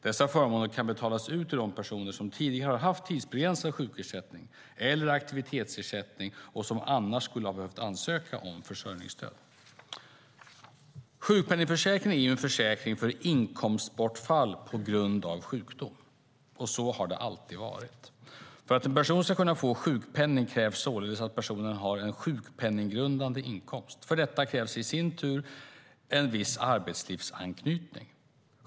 Dessa förmåner kan betalas ut till de personer som tidigare har haft tidsbegränsad sjukersättning eller aktivitetsersättning och som annars skulle ha behövt ansöka om försörjningsstöd. Sjukpenningförsäkringen är en försäkring för inkomstbortfall på grund av sjukdom, och så har det alltid varit. För att en person ska kunna få sjukpenning krävs således att personen har en sjukpenninggrundande inkomst. För detta krävs i sin tur en viss arbetslivsanknytning.